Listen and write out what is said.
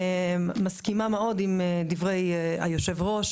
אני מסכימה מאוד עם דברי היושב-ראש,